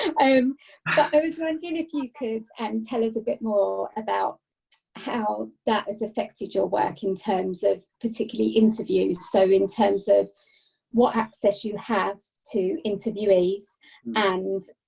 and if you could and and tell us a bit more about how that has affected your work in terms of particularly interview, so in terms of what access you have to interviewees and,